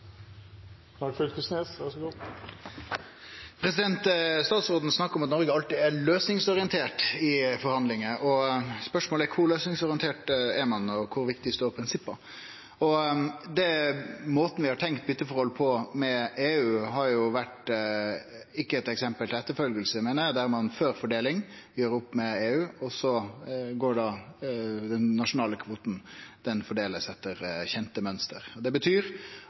løysingsorientert i forhandlingar. Spørsmålet er kor løysingsorientert ein er, og kor viktige prinsippa er. Måten vi har tenkt bytteforhold med EU på, har jo ikkje vore eit føredøme for andre, meiner eg, der ein før fordeling gjer opp med EU, og så blir den nasjonale kvoten fordelt etter kjende mønster. Det betyr